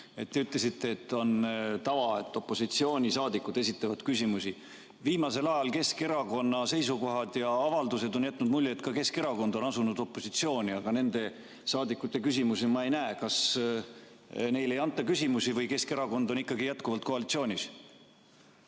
Te ütlesite, et on tava, et opositsioonisaadikud esitavad küsimusi. Keskerakonna viimase aja seisukohad ja avaldused on jätnud mulje, et ka Keskerakond on asunud opositsiooni, aga nende saadikute küsimusi ma ei näe. Kas neile ei anta küsimusi või Keskerakond on ikkagi jätkuvalt koalitsioonis?